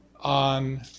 on